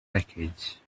wreckage